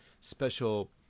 special